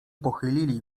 pochylili